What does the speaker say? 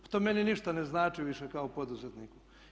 Pa to meni ništa ne znači više kao poduzetniku.